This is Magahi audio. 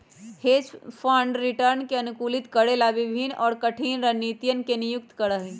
हेज फंड रिटर्न के अनुकूलित करे ला विभिन्न और कठिन रणनीतियन के नियुक्त करा हई